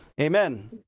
amen